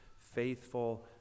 faithful